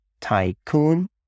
Tycoon